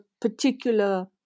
particular